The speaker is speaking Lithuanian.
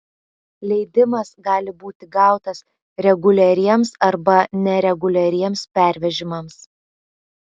leidimas gali būti gautas reguliariems arba nereguliariems pervežimams